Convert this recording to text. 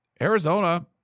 Arizona